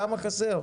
כמה חסר?